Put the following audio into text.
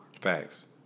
facts